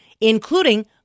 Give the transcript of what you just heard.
including